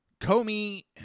Comey